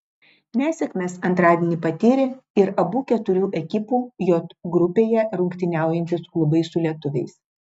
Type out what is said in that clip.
nesėkmes antradienį patyrė ir abu keturių ekipų j grupėje rungtyniaujantys klubai su lietuviais